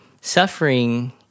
Suffering